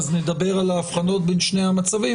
נדבר על ההבחנות בין שני המצבים,